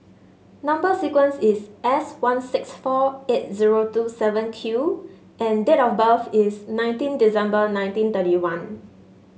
number sequence is S one six four eight zero two seven Q and date of birth is nineteen December nineteen thirty one